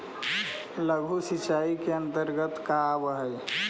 लघु सिंचाई के अंतर्गत का आव हइ?